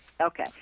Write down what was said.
Okay